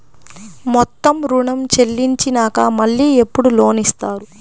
మొత్తం ఋణం చెల్లించినాక మళ్ళీ ఎప్పుడు లోన్ ఇస్తారు?